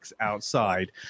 outside